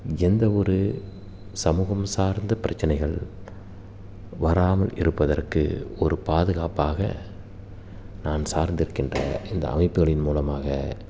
எந்த ஒரு சமூகம் சார்ந்த பிரச்சனைகள் வராமல் இருப்பதற்கு ஒரு பாதுகாப்பாக நான் சார்ந்திருக்கின்ற இந்த அமைப்புகளின் மூலமாக